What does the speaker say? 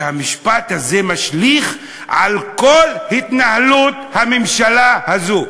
והמשפט הזה משליך על כל התנהלות הממשלה הזאת: